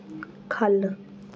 ख'ल्ल